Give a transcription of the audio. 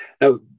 Now